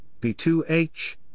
B2H